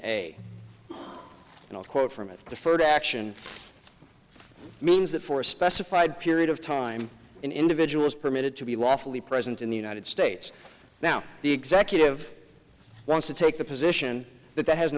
i'll quote from it deferred action means that for a specified period of time an individual is permitted to be lawfully present in the united states now the executive wants to take the position that that has